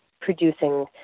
producing